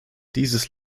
dieses